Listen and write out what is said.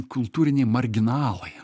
kultūriniai marginalai